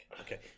Okay